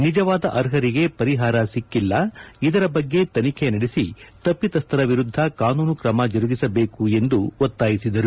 ನಿಜವಾದ ಅರ್ಹರಿಗೆ ಪರಿಹಾರ ಸಿಕ್ಕಿಲ್ಲ ಇದರ ಬಗ್ಗೆ ತನಿಖೆ ನಡೆಸಿ ತಪ್ಪಿತಸ್ಥರ ವಿರುದ್ದ ಕಾನೂನು ಕ್ರಮ ಜರುಗಿಸಬೇಕು ಎಂದು ಒತ್ತಾಯಿಸಿದರು